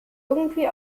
irgendwie